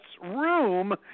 room